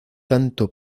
tanto